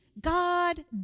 God